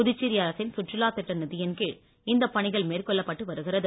புதுச்சேரி அரசின் சுற்றுலாத் திட்ட நிதியின் கீழ் இந்த பணிகள் மேற்கொள்ளப்பட்டு வருகிறது